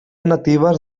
natives